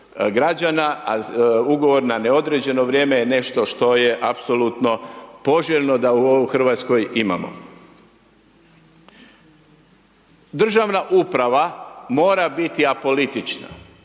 građana, a Ugovor na neodređeno vrijeme je nešto što je apsolutno poželjno da ovo u RH imamo. Državna uprava mora biti apolitična.